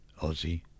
Aussie